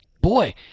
boy